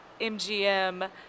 MGM